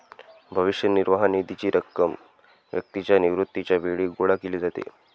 भविष्य निर्वाह निधीची रक्कम व्यक्तीच्या निवृत्तीच्या वेळी गोळा केली जाते